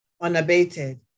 unabated